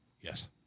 Yes